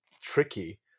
tricky